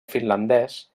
finlandès